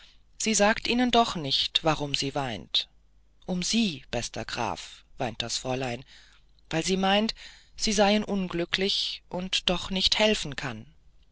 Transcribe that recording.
sie sagt ihnen doch nicht warum sie weint um sie bester graf weint das fräulein weil sie meint sie seien unglücklich und doch nicht helfen kann